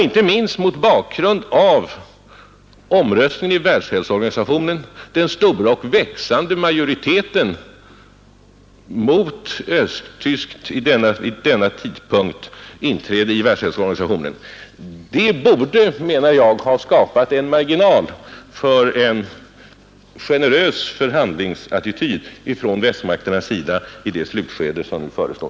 Inte minst borde enligt min uppfattning den stora och växande majoritet som kom till uttryck vid omröstningen i Världshälsoorganisationen, mot östtyskt inträde i organisationen detta år, samtidigt ha skapat en marginal för en generös förhandlingsattityd från västmakterna i det slutskede som nu förestår.